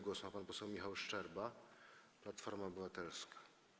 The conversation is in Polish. Głos ma pan poseł Michał Szczerba, Platforma Obywatelska.